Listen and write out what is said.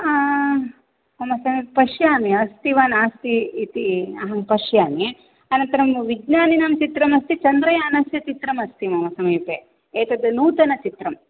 मम समीपे पश्यामि अस्ति वा नास्ति इति अहं पश्यामि अनन्तरं विज्ञानिनां चित्रमस्ति चन्द्रयानस्य चित्रमस्ति मम समीपे एतद् नूतनचित्रम्